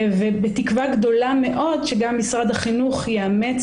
ובתקווה גדולה מאד שגם משרד החינוך יאמץ